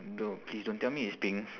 no please don't tell me it's pink